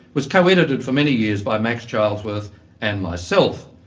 was co-edited for many years by max charlesworth and myself,